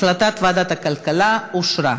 החלטת ועדת הכלכלה אושרה.